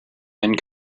and